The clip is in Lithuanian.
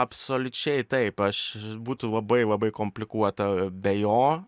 absoliučiai taip aš būtų labai labai komplikuota be jo